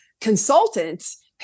consultants